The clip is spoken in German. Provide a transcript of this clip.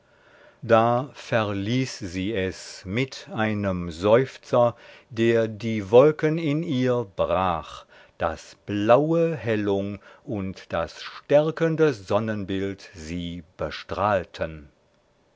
da verließ sie es mit einem seufzer der die wolken in ihr brach daß blaue hellung und das stärkende sonnenbild sie bestrahlten